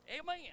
Amen